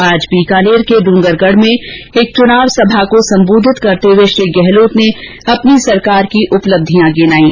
आज बीकानेर के ड्गरगढ में आज एक चुनावी जनसभा को संबोधित करते हुए श्री गहलोत ने अपनी सरकार की उपलब्धियां गिनायी